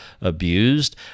abused